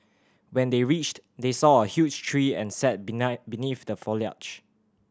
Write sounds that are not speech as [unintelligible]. when they reached they saw a huge tree and sat [unintelligible] beneath the foliage